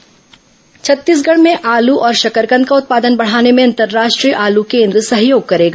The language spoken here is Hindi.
आलू शकरकंद छत्तीसगढ़ में आलू और शकरकंद का उत्पादन बढ़ाने में अंतर्राष्ट्रीय आलू केन्द्र सहयोग करेगा